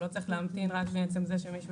הוא לא צריך להמתין רק מעצם זה שמישהו